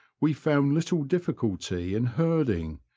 we found little diflsculty in herding,